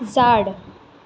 झाड